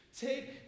Take